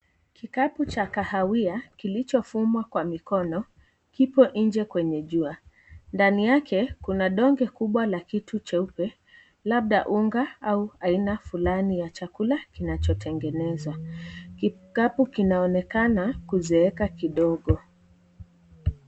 Kikapu cha kahawia kilichofumwa kwa mikono kipo nje kwenye jua. Ndani yake kuna donge kubwa la kitu cheupe labda unga au aina fulani ya chakula kinachotengenezwa. Kikapu kinaonekana kuzeeka kidogo.